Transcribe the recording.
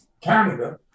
Canada